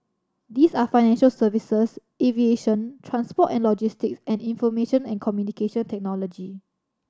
these are financial services aviation transport and logistics and information and Communication Technology